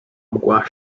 mgła